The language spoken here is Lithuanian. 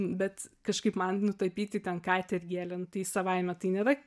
bet kažkaip man nutapyti ten katę ar gėlę nu tai savaime tai nėra